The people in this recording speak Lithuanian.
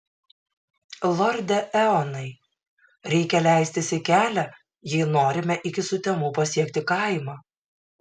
lorde eonai reikia leistis į kelią jei norime iki sutemų pasiekti kaimą